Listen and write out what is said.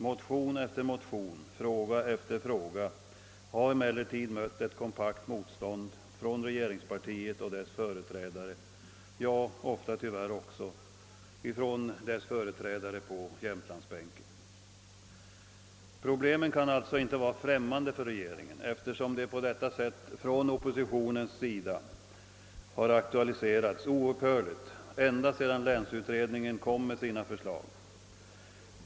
Motion efter motion, fråga efter fråga har emellertid mött ett kompakt motstånd från regeringspartiet och dess företrädare, ja, ofta tyvärr också från dess företrädare på jämtlandsbänken. Problemen kan alltså inte vara främmande för regeringen, eftersom oppositionen oupphörligt aktualiserat dem på detta sätt ända sedan länsutredningen kom med sina förslag.